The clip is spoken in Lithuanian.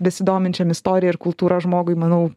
besidominčiam istorija ir kultūra žmogui manau